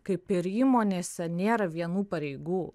kaip ir įmonėse nėra vienų pareigų